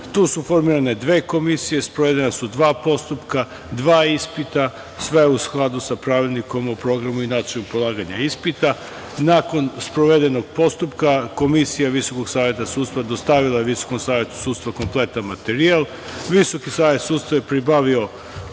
sudove, formirane su dve komisije, sprovedena su dva postupka, dva ispita, sve u skladu sa Pravilnikom o programu i načinu polaganja ispita. Nakon sprovedenog postupka, Komisija Visokog saveta sudstva dostavila je Visokom savetu sudstva kompletan materijal. Visoki savet sudstva je pribavio